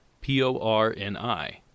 p-o-r-n-i